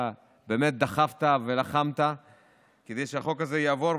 אתה באמת דחפת ולחמת כדי שהחוק הזה יעבור,